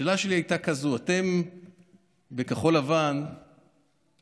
השאלה שלי הייתה כזאת: אתם בכחול לבן אמרתם